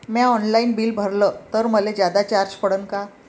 म्या online bill भरलं तर मले जादा चार्ज पडन का?